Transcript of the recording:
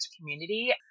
community